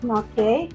okay